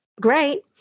great